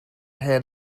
hen